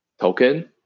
token